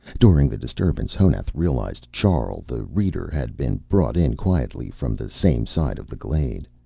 during the disturbance, honath realized charl the reader had been brought in quietly from the same side of the glade.